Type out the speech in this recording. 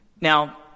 Now